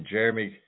Jeremy